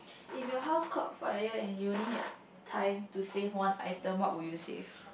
if your house caught fire and you only have time to save one item what would you save